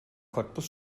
cottbus